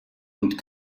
und